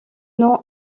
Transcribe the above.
nom